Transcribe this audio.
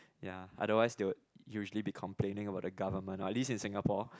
ya otherwise they would usually be complaining about the government or at least in Singapore